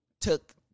took